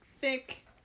thick